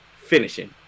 finishing